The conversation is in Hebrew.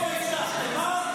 איפה הבטחתם?